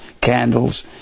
candles